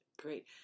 Great